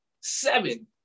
Seven